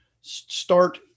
start